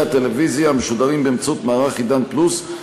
הטלוויזיה המשודרים באמצעות מערך "עידן פלוס",